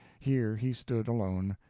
here he stood alone,